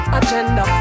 agenda